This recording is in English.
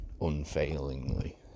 unfailingly